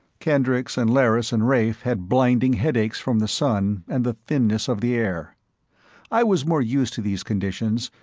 kendricks and lerrys and rafe had blinding headaches from the sun and the thinness of the air i was more used to these conditions,